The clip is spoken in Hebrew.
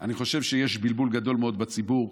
אני חושב שיש בלבול גדול מאוד בציבור.